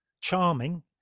charming